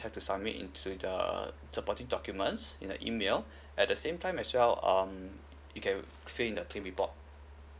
have to submit into the supporting documents in the email at the same time as well um you can fill in the claim report